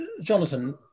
Jonathan